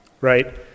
right